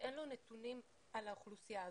ואין לו נתונים על האוכלוסייה הזו.